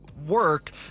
Work